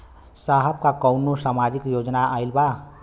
साहब का कौनो सामाजिक योजना आईल बा?